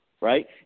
right